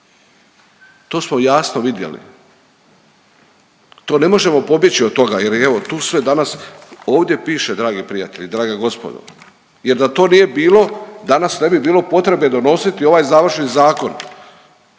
to smo jasno vidjeli. To ne možemo pobjeći od toga, jer evo tu sve danas ovdje piše dragi prijatelji, draga gospodo. Jer da to nije bilo danas ne bi bilo potrebe donositi ovaj završni zakon.